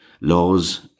laws